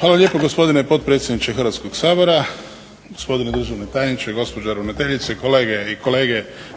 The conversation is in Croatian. Hvala lijepo, gospodine potpredsjedniče Hrvatskoga sabora. Gospodine državni tajniče, gospođo ravnateljice, kolege i